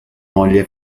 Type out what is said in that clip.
moglie